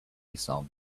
song